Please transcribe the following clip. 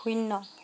শূন্য